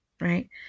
Right